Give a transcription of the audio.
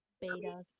beta